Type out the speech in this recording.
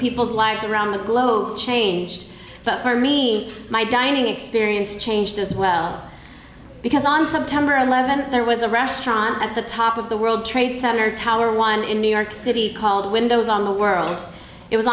people's lives around the globe changed but for me my dining experience changed as well because on september eleventh there was a restaurant at the top of the world trade center tower one in new york city called windows on the world it was